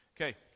Okay